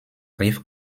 rive